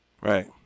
right